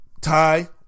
Ty